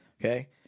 Okay